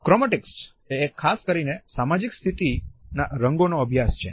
chromatics એ એક ખાસ કરીને સામાજિક સ્થિતિના રંગોનો અભ્યાસ છે